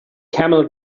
camel